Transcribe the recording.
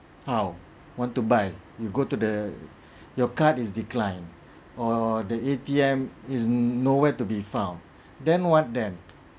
how want to buy you go to the your card is decline or the A_T_M is nowhere to be found then what then